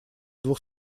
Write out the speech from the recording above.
двух